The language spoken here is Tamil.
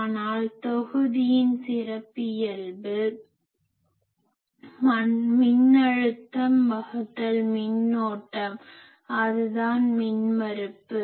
ஆனால் தொகுதியின் சிறப்பியல்பு மின்னழுத்தம் வகுத்தல் மின்னோட்டம் அது தான் மின்மறுப்பு